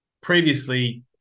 previously